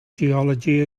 geology